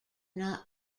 not